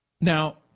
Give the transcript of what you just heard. Now